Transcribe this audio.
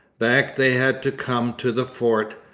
back they had to come to the fort.